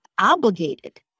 obligated